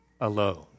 alone